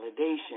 validation